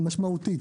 משמעותית.